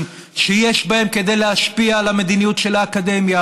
שיש בהם כדי להשפיע על המדיניות של האקדמיה.